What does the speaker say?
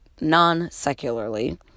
non-secularly